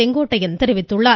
செங்கோட்டையன் தெரிவித்துள்ளார்